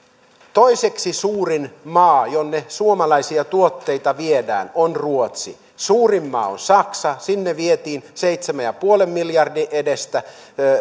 toiseksi suurin maa jonne suomalaisia tuotteita viedään on ruotsi suurin maa on saksa sinne vietiin seitsemän pilkku viiden miljardin edestä